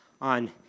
on